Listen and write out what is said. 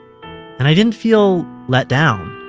and i didn't feel let down.